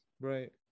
right